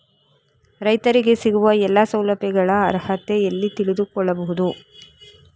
ರೈತರಿಗೆ ಸಿಗುವ ಎಲ್ಲಾ ಸೌಲಭ್ಯಗಳ ಅರ್ಹತೆ ಎಲ್ಲಿ ತಿಳಿದುಕೊಳ್ಳಬಹುದು?